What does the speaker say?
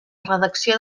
redacció